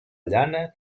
llana